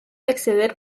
acceder